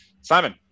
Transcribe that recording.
Simon